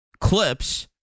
clips